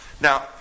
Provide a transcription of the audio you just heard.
Now